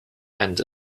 and